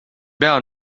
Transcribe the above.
pea